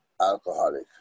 alcoholic